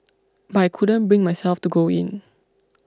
but I couldn't bring myself to go in